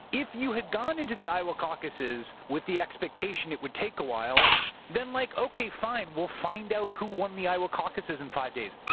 if you had gone into the iowa caucuses with the expectation it would take a while then, like okay, fine. we'll find out who won the iowa caucuses in five days.